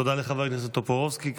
תודה לחבר הכנסת טופורובסקי.